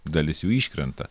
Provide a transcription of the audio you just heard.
dalis jų iškrenta